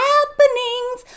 Happenings